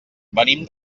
venim